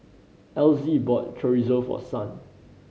Elzie bought Chorizo for Son